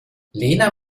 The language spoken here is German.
lena